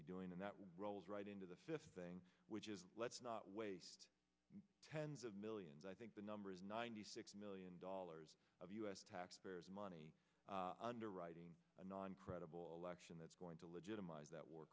be doing and that rolls right into the thing which is let's not waste tens of millions i think the number is ninety six million dollars of u s taxpayer money underwriting a non credible election that's going to legitimize that war